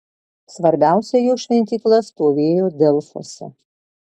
svarbiausia jo šventykla stovėjo delfuose